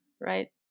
right